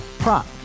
Prop